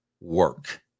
work